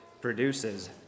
produces